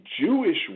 Jewish